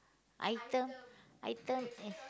item item uh